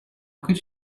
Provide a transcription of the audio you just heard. could